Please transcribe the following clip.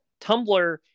Tumblr